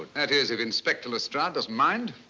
but that is if inspector lestrade doesn't mind.